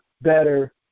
better